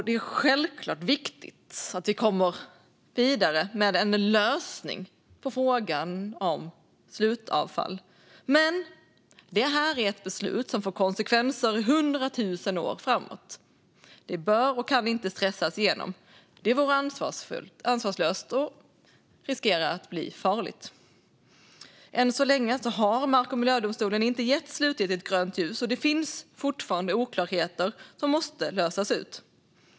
Det är självklart viktigt att vi kommer vidare med en lösning på frågan om slutförvaring, men det är ett beslut som får konsekvenser hundra tusen år framåt. Det bör och kan inte stressas igenom. Det vore ansvarslöst och riskerar att bli farligt. Än så länge har mark och miljödomstolen inte gett slutgiltigt grönt ljus. Det finns fortfarande oklarheter som måste lösas.